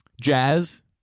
Jazz